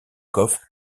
coffre